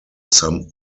some